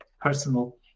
personal